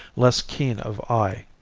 less keen of eye.